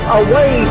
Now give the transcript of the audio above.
away